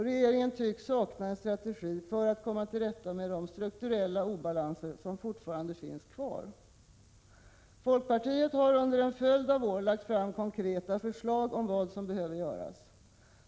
Regeringen tycks sakna en strategi för att komma till rätta med de strukturella obalanser som fortfarande finns. Folkpartiet har under en följd av år lagt fram konkreta förslag om vad som behöver göras.